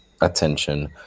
attention